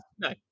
no